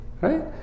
Right